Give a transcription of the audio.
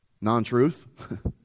Non-truth